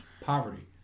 Poverty